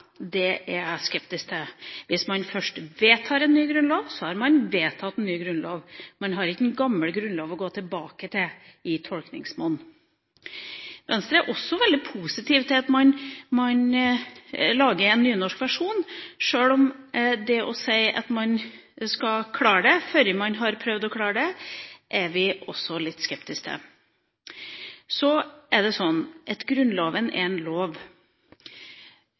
det er jeg skeptisk til. Hvis man først vedtar en ny grunnlov, så har man vedtatt en ny grunnlov. Man har ikke den gamle grunnloven å gå tilbake til i tolkningsmonn. Venstre er også veldig positiv til at man lager en nynorsk versjon, sjøl om vi er litt skeptiske til å si at man skal klare det før man har prøvd å klare det. Så er det sånn at Grunnloven er en lov.